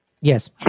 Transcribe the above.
Yes